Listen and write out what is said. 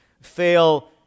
fail